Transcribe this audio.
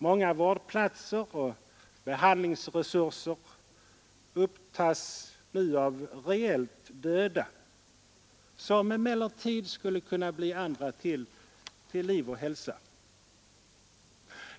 Många vårdplatser och behandlingsresurser upptas nu av reellt döda, som emellertid skulle kunna hjälpa andra till liv och hälsa.